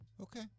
Okay